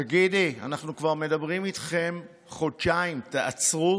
תגידי, אנחנו כבר מדברים איתכם חודשיים: תעצרו,